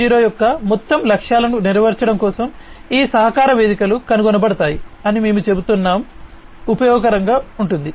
0 యొక్క మొత్తం లక్ష్యాలను నెరవేర్చడం కోసం ఈ సహకార వేదికలు కనుగొనబడతాయి అని మేము చెబుతున్నాము ఉపయోగకరంగా ఉంటుంది